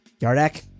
Yardak